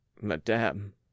madame